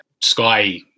Sky